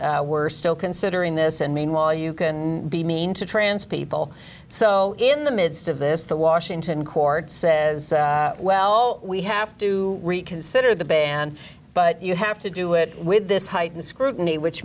we're still considering this and meanwhile you can be mean to trans people so in the midst of this the washington court says well we have to reconsider the ban but you have to do it with this heightened scrutiny which